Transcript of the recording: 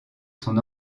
son